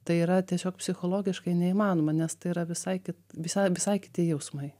tai yra tiesiog psichologiškai neįmanoma nes tai yra visai visai visai kiti jausmai